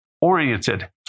oriented